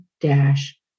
dash